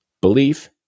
belief